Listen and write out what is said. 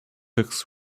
books